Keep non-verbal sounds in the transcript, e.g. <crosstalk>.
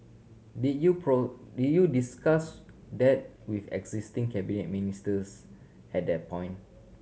did you <unintelligible> did you discuss that with existing cabinet ministers at that point